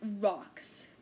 rocks